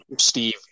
Steve